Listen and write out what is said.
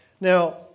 Now